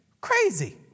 Crazy